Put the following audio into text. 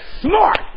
smart